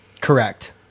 Correct